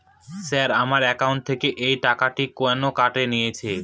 Sir আমার account থেকে এই টাকাটি কেন কেটে নিয়েছেন?